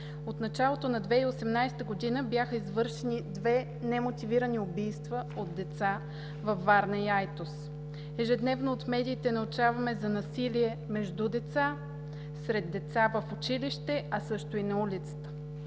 От началото на 2018 г. бяха извършени две немотивирани убийства от деца във Варна и Айтос. Ежедневно от медиите научаваме за насилие между деца, сред деца в училище, а също и на улицата.